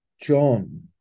John